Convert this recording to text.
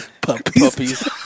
Puppies